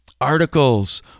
articles